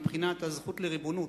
מבחינת הזכות לריבונות,